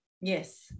Yes